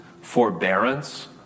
forbearance